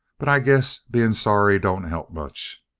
but i guess being sorry don't help much.